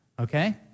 okay